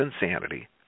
insanity